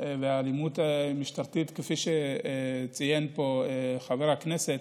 והאלימות המשטרתית, כפי שציין פה חבר הכנסת,